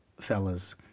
fellas